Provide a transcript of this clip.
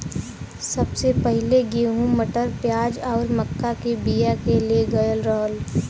सबसे पहिले गेंहू, मटर, प्याज आउर मक्का के बिया के ले गयल रहल